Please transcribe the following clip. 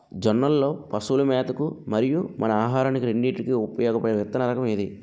జొన్నలు లో పశువుల మేత కి మరియు మన ఆహారానికి రెండింటికి ఉపయోగపడే విత్తన రకం ఏది?